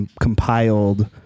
compiled